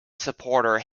supporter